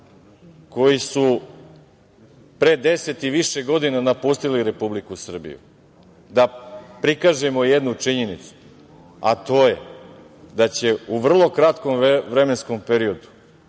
koji su pre 10 i više godina napustili Republiku Srbiju, da prikažemo jednu činjenicu, a to je da će u vrlo kratkom vremenskom periodu